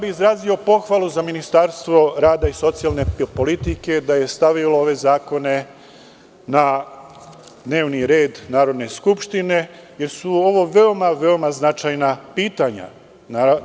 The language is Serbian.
Izrazio bih pohvalu za Ministarstvo rada i socijalne politike da je stavilo ove zakone na dnevni red Narodne skupštine, jer su ovo veoma značajna pitanja.